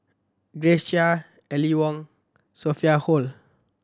Grace Chia Aline Wong Sophia Hull